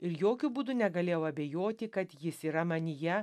ir jokiu būdu negalėjau abejoti kad jis yra manyje